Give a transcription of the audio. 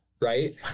Right